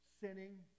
sinning